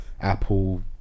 Apple